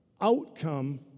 outcome